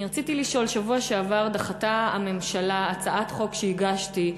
אני רציתי לשאול: בשבוע שעבר דחתה הממשלה הצעת חוק שהגשתי,